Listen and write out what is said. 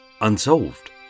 unsolved